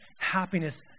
happiness